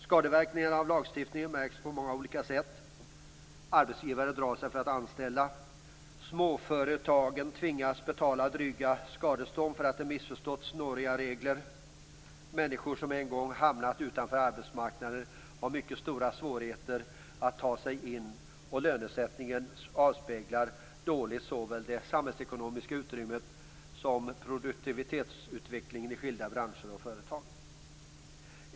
Skadeverkningarna av lagstiftningen märks på många olika sätt: · arbetsgivare drar sig för att anställa, · småföretagen tvingas att betala dryga skadestånd för att de har missförstått snåriga regler, · människor som en gång hamnat utanför arbetsmarknaden har mycket stora svårigheter att ta sig in på den, · lönesättningen avspeglar dåligt såväl det samhällsekonomiska utrymmet som produktivitetsutvecklingen i skilda branscher och företag.